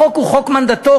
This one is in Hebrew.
החוק הוא חוק מנדטורי,